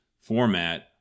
format